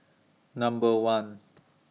Number one